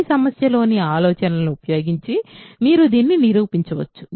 ఈ సమస్యలోని ఆలోచనలను ఉపయోగించి మీరు దీన్ని నిరూపించవచ్చు